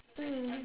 mm